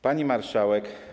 Pani Marszałek!